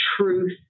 truth